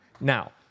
Now